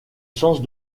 sens